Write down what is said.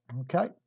Okay